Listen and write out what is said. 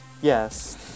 Yes